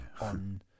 on